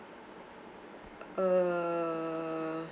err